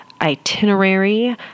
itinerary